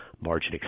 margin